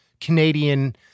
canadian